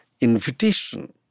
invitation